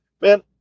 Man